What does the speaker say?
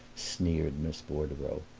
sneered miss bordereau.